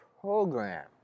program